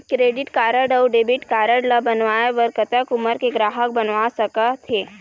Credit card अऊ debit card ला बनवाए बर कतक उमर के ग्राहक बनवा सका थे?